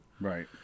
Right